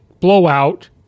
blowout